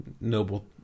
noble